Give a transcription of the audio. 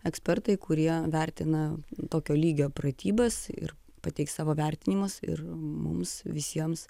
ekspertai kurie vertina tokio lygio pratybas ir pateiks savo vertinimus ir mums visiems